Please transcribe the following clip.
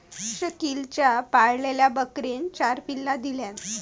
शकिलच्या पाळलेल्या बकरेन चार पिल्ला दिल्यान